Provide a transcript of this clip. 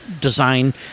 design